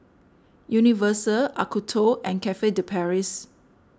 Universal Acuto and Cafe De Paris